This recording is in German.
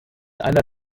einer